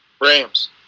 Rams